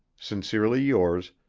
sincerely yours,